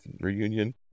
reunion